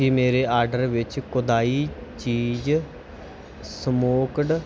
ਕੀ ਮੇਰੇ ਆਰਡਰ ਵਿੱਚ ਕੁਦਾਈ ਚੀਜ਼ ਸਮੋਕਡ